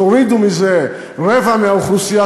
תורידו מזה רבע מהאוכלוסייה,